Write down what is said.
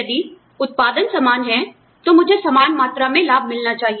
यदि उत्पादन समान है तो मुझे समान मात्रा में लाभ मिलना चाहिए